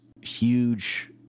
huge